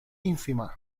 ínfima